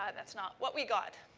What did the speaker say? that's not what we got.